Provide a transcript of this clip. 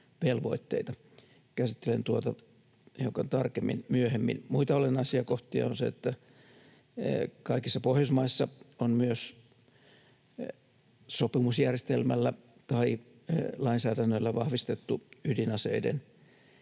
Käsittelen tuota hiukan tarkemmin myöhemmin. Muita olennaisia kohtia on se, että kaikissa Pohjoismaissa on myös sopimusjärjestelmällä tai lainsäädännöllä vahvistettu ydinaseiden